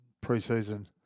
pre-season